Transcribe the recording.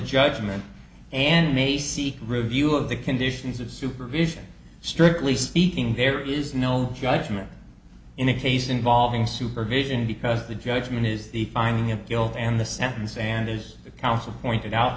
judgment and may seek review of the conditions of supervision strictly speaking there is no judgement in a case involving supervision because the judgment is the finding of guilt and the sentence and is the counsel pointed out